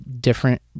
different